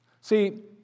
See